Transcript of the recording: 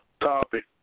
topic